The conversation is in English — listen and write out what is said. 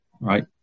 right